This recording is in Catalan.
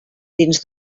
dins